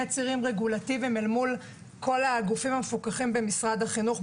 מול כל הגופים המפוקחים במשרד החינוך,